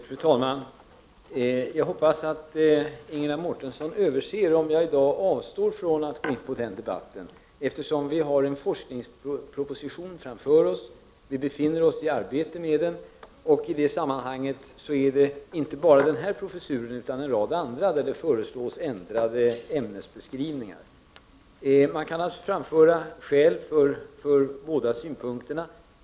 Fru talman! Jag hoppas att Ingela Mårtensson överser med det, om jag i dag avstår från att gå in i den debatten. Vi har en forskningsproposition framför oss, vi befinner oss i arbete med den och i det sammanhanget föreslås det ändrade ämnesbeskrivningar, inte bara för den här professuren utan också för en rad andra. Man kan naturligtvis framföra skäl för båda ståndpunkterna.